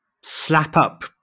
slap-up